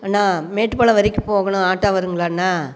அண்ணா மேட்டுப்பாளையம் வரைக்கும் போகணும் ஆட்டோ வருங்களா அண்ணா